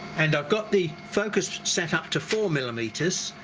and i've got the focus set up to four millimeters.